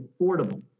affordable